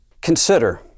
Consider